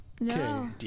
No